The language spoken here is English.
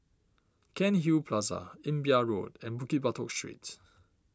Cairnhill Plaza Imbiah Road and Bukit Batok Street